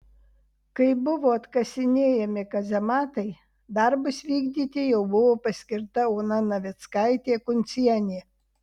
kai buvo atkasinėjami kazematai darbus vykdyti jau buvo paskirta ona navickaitė kuncienė